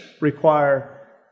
require